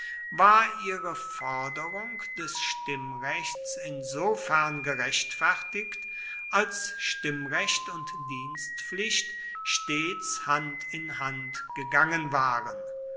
war ihre forderung des stimmrechts insofern gerechtfertigt als stimmrecht und dienstpflicht stets hand in hand gegangen waren